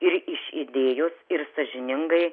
ir iš idėjos ir sąžiningai